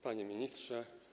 Panie Ministrze!